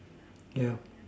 yup